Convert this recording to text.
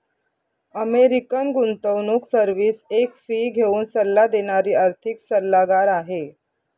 American गुंतवणूक service एक fee घेऊन सल्ला देणारी आर्थिक सल्लागार आहे